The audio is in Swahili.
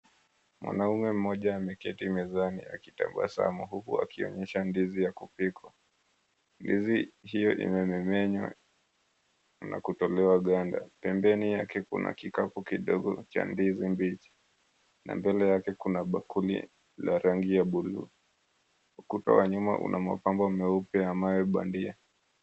Mwanaume mmoja ameketi mezani akitabasamu huku akionyesha ndizi ya kupikwa. Ndizi hiyo imememenywa na kutolewa ganda. Pembeni yake kuna kikapu kidogo cha ndizi mbichi na mbele yake kuna bakuli la rangi ya buluu. Ukuta wa nyuma una mapambo meupe ya mawe bandia.